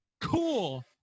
cool